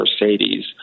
Mercedes